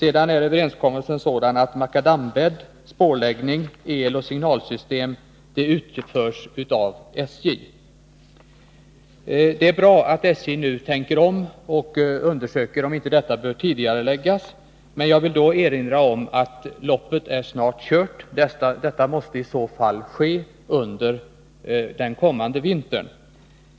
Enligt överenskommelsen skall makadambäddsarbete, spårläggning och installation av eloch signalsystem utföras av SJ. Det är bra att SJ nu tänker om och undersöker om inte detta arbete bör tidigareläggas. Jag vill då erinra om att loppet snart är kört — det måste ske under den kommande vintern.